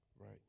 Right